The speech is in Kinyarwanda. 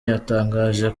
yatangaje